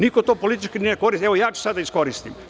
Niko to politički ne koristi, ali evo ja ću sada da iskoristim.